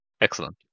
Excellent